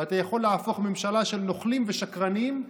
ואתה יכול להפוך ממשלה של נוכלים ושקרנים,